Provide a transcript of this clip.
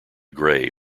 gray